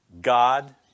God